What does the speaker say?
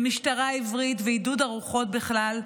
במשטרה עברית ועידוד הרוחות בכלל,